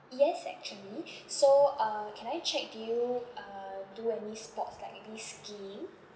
yes actually so uh can I check do you uh do any sports like maybe skiing